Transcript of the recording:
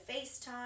FaceTime